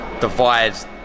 divides